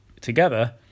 together